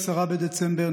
10 בדצמבר,